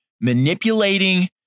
Manipulating